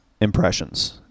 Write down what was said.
impressions